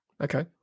Okay